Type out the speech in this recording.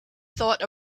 thought